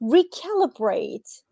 Recalibrate